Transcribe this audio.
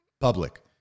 public